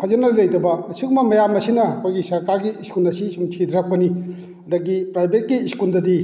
ꯐꯖꯅ ꯂꯩꯇꯕ ꯑꯁꯤꯒꯨꯝꯕ ꯃꯌꯥꯝ ꯑꯁꯤꯅ ꯑꯩꯈꯣꯏꯒꯤ ꯁꯔꯀꯥꯔꯒꯤ ꯏꯁꯀꯨꯜ ꯑꯁꯤ ꯑꯁꯨꯝ ꯁꯤꯗꯔꯛꯄꯅꯤ ꯑꯗꯨꯗꯒꯤ ꯄ꯭ꯔꯥꯏꯕꯦꯠꯀꯤ ꯏꯁꯀꯨꯟꯜꯗꯗꯤ